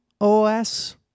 OS